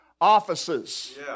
Offices